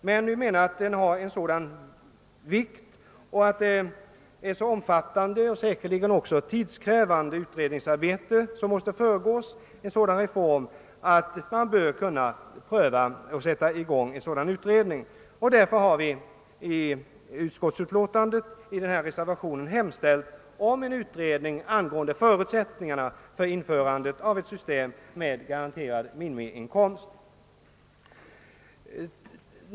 Men wi anser den vara av sådan vikt och så omfattande att det utredningsarbete som måste föregå en reform säkerligen blir mycket tidskrävande. Därför bör en utredning tillsättas snarast. Vi har också i vår reservation begärt en sådan utredning rörande förutsättningarna för införande av ett system med garanterad minimiinkomst.